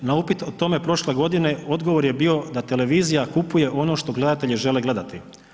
Na upit o tome prošle godine odgovor je bio da Televizija kupuje ono što gledatelji žele gledati.